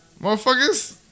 motherfuckers